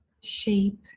shape